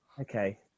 Okay